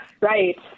right